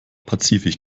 pazifik